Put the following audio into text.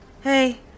Hey